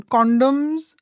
Condoms